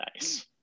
Nice